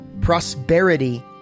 prosperity